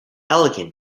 elegant